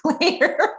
later